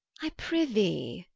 i prythee